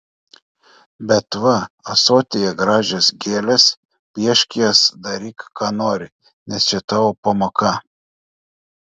bet va ąsotyje gražios gėlės piešk jas daryk ką nori nes čia tavo pamoka